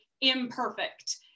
imperfect